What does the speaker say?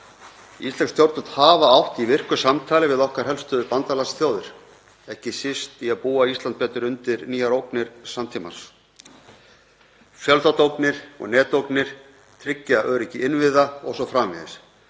Íslensk stjórnvöld hafa átt í virku samtali við okkar helstu bandalagsþjóðir, ekki síst í að búa Ísland betur undir nýjar ógnir samtímans, fjölþáttaógnir og netógnir, tryggja öryggi innviða o.s.frv.